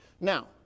Now